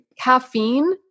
Caffeine